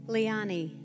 Liani